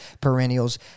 perennials